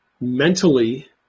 mentally